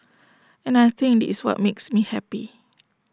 and I think this is what makes me happy